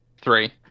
Three